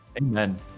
Amen